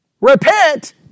Repent